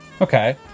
okay